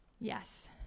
Yes